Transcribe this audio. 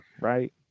right